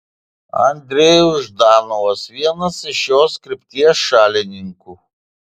andrejus ždanovas vienas iš šios krypties šalininkų